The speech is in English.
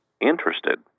interested